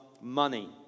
money